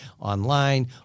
online